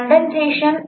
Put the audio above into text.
condensation